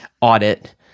audit